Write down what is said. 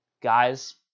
Guys